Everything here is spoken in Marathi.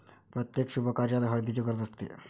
प्रत्येक शुभकार्यात हळदीची गरज असते